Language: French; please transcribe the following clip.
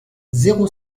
zéro